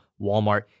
Walmart